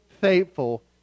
faithful